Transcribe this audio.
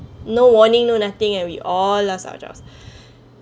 no warning no nothing and we all lost our jobs